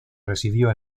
residió